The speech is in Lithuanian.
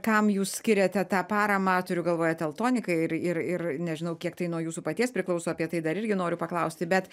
kam jūs skiriate tą paramą turiu galvoje teltoniką ir ir ir nežinau kiek tai nuo jūsų paties priklauso apie tai dar irgi noriu paklausti bet